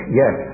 yes